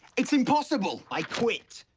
it's impossible. i quit.